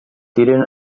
tiren